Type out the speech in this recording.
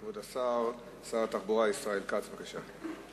כבוד השר, שר התחבורה ישראל כץ, בבקשה.